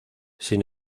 sin